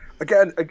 Again